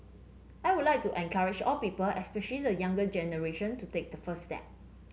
I would like to encourage all people especially the younger generation to take the first step